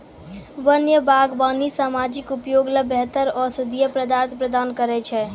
वन्य बागबानी सामाजिक उपयोग ल बेहतर औषधीय पदार्थ प्रदान करै छै